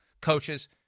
Coaches